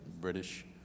British